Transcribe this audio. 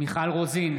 מיכל רוזין,